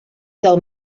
del